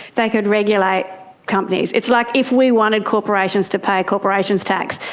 they could regulate companies. it's like if we wanted corporations to pay a corporations tax,